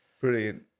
Brilliant